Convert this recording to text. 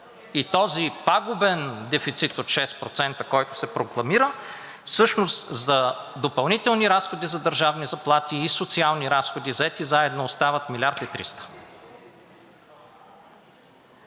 и този пагубен дефицит от 6%, който се прокламира всъщност за допълнителни разходи за държавни заплати и социални разходи, взети заедно, остават милиард